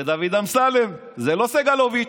זה דוד אמסלם, זה לא סגלוביץ',